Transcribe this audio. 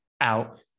out